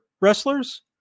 wrestlers